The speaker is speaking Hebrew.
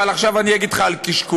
אבל עכשיו אני אגיד לך על קשקוש.